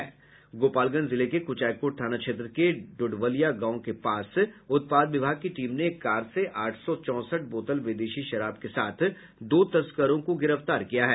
गोपालगंज जिले के कुचायकोट थाना क्षेत्र के ढोढ़वलिया गांव के पास उत्पाद विभाग की टीम ने एक कार से आठ सौ चौंसठ बोतल विदेशी शराब के साथ दो तस्करों को गिरफ्तार किया है